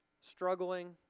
struggling